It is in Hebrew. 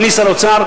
אדוני שר האוצר,